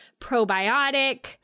probiotic